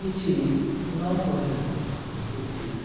କିଛି ନକହିବା ଉଚିତ୍